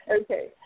Okay